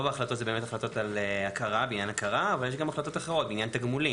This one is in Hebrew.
גם הכרות אחרות בעניין תגמולים.